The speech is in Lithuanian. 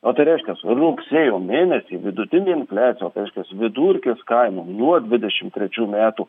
o tai reiškias rugsėjo mėnesį vidutinė infliacija o tai reiškias vidurkis kainų nuo dvidešim trečių metų